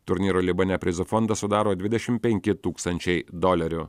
turnyro libane prizų fondą sudaro dvidešim penki tūkstančiai dolerių